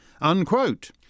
Unquote